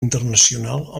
internacional